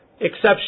exception